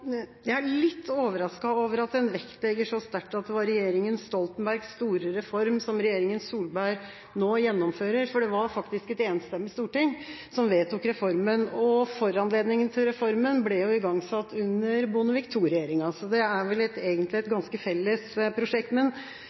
Jeg er litt overrasket over at en vektlegger så sterkt at det er regjeringa Stoltenbergs store reform som regjeringa Solberg nå gjennomfører, for det var faktisk et enstemmig storting som vedtok reformen. Foranledninga til reformen ble igangsatt under Bondevik II-regjeringa, så det er vel egentlig et ganske